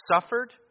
suffered